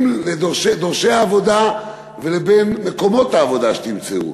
דורשי העבודה לבין מקומות העבודה שתמצאו,